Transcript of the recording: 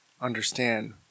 understand